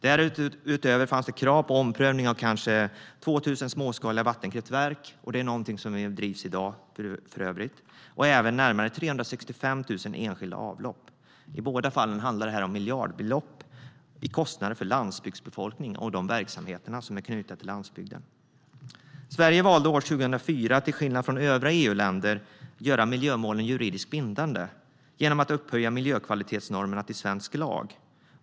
Därutöver fanns krav på omprövning av kanske 2 000 småskaliga vattenkraftverk - det är för övrigt någonting som drivs i dag - och även närmare 365 000 enskilda avlopp. I båda fallen handlar det om miljardbelopp i kostnader för landsbygdsbefolkningen och de verksamheter som är knutna till landsbygden. Sverige valde år 2004, till skillnad från övriga EU-länder, att göra miljömålen juridiskt bindande genom att upphöja miljökvalitetsnormerna till svensk lag.